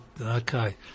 okay